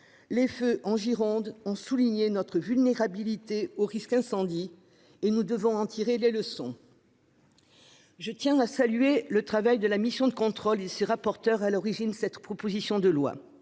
les feux en Gironde ont souligné notre vulnérabilité au risque incendie. Nous devons en tirer les leçons. Je tiens à saluer le travail de la mission de contrôle et des rapporteurs qui sont à l'origine de cette proposition de loi.